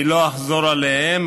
אני לא אחזור עליהן,